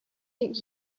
think